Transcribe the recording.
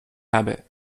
habit